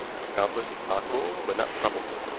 an accomplice is possible, but not probable.